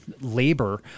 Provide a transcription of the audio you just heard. labor